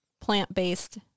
plant-based